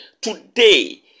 Today